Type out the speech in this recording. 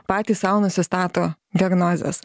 patys sau nusistato diagnozes